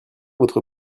votre